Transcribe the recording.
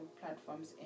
platforms